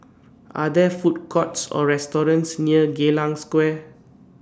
Are There Food Courts Or restaurants near Geylang Square